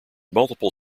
multiple